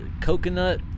coconut